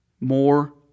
more